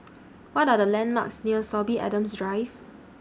What Are The landmarks near Sorby Adams Drive